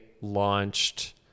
launched